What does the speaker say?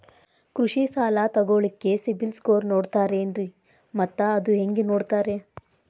ಕೃಷಿ ಸಾಲ ತಗೋಳಿಕ್ಕೆ ಸಿಬಿಲ್ ಸ್ಕೋರ್ ನೋಡ್ತಾರೆ ಏನ್ರಿ ಮತ್ತ ಅದು ಹೆಂಗೆ ನೋಡ್ತಾರೇ?